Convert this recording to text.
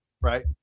right